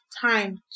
time